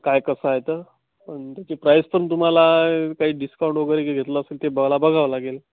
काय कसं आहे तर आणि त्याची प्राईस पण तुम्हाला काही डिस्काउंट वगैरे काही घेतलं असेल ते मला बघावं लागेल